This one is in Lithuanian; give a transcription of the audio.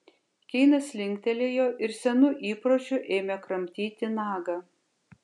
keinas linktelėjo ir senu įpročiu ėmė kramtyti nagą